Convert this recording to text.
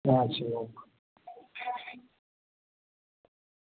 कहाँ छियै हैआ छी